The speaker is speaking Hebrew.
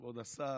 כבוד השר,